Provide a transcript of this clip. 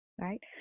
right